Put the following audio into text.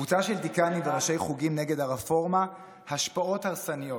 קבוצה של דיקנים וראשי חוגים נגד הרפורמה: השפעות הרסניות.